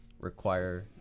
require